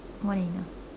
more than enough